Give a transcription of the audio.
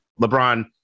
LeBron